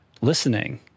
listening